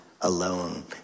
alone